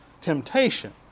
temptation